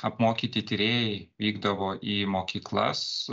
apmokyti tyrėjai vykdavo į mokyklas